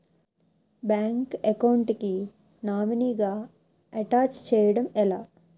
Bank account కి nominee గా attach చేయడం ఎలా?